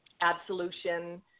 Absolution